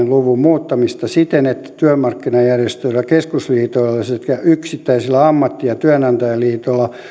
luvun muuttamista siten että työmarkkinajärjestöillä keskusliitoilla sekä yksittäisillä ammatti ja työnantajaliitoilla